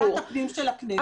פנו לוועדת הפנים של הכנסת,